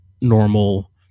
normal